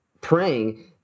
praying